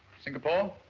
singapore? huh?